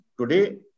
today